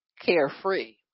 carefree